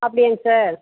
அப்படியாங்க சார்